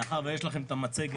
מאחר שיש לכם המצגת,